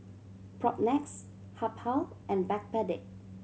Propnex Habhal and Backpedic